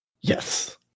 Yes